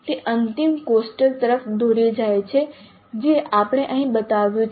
તે અંતિમ કોષ્ટક તરફ દોરી જાય છે જે આપણે અહીં બતાવ્યું છે